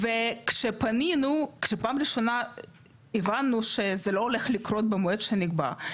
כאשר פעם ראשונה הבנו שזה לא הולך לקרות במועד שנקבע,